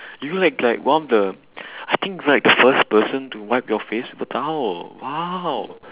you're like like one of the I think like the first person to wipe your face with a towel !whoa!